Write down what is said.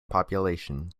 population